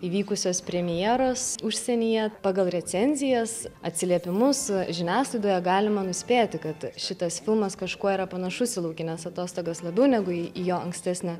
įvykusios premjeros užsienyje pagal recenzijas atsiliepimus žiniasklaidoje galima nuspėti kad šitas filmas kažkuo yra panašus į laukines atostogas labiau negu jo ankstesnė